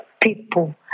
people